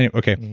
yeah okay.